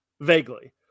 Vaguely